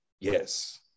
Yes